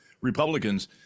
Republicans